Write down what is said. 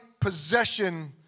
possession